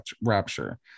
rapture